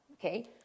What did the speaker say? Okay